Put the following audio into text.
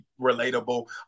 relatable